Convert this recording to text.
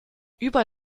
über